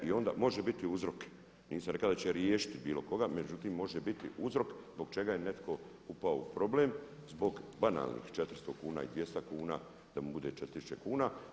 I onda može biti uzrok, nisam rekao da će riješiti bilo koga, međutim može biti uzrok zbog čega je netko upao u problem zbog banalnih 400 kuna, i 200 kuna da mu bude 4 tisuće kuna.